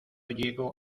llego